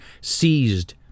seized